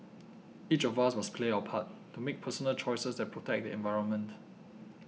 each of us must play our part to make personal choices that protect the environment